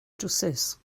drywsus